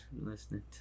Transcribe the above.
listening